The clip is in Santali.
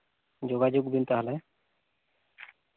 ᱡᱳᱜᱟᱡᱳᱜ ᱵᱤᱱ ᱛᱟᱦᱚᱞᱮ